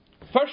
First